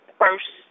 first